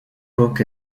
book